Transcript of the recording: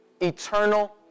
Eternal